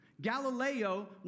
Galileo